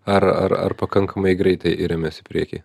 ar ar ar pakankamai greitai iriamės į priekį